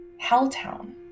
Helltown